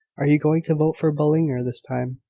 are you going to vote for ballinger this time?